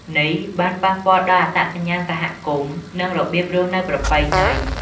នេះបានប៉ះពាល់ដល់អត្តសញ្ញាណសហគមន៍ និងរបៀបរស់នៅប្រពៃណី។